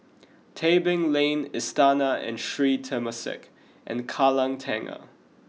Tebing Lane Istana and Sri Temasek and Kallang Tengah